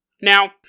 Now